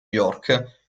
york